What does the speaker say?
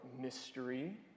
mystery